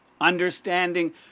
Understanding